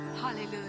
Hallelujah